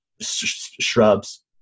shrubs